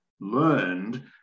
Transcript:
learned